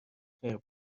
خیر